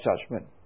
judgment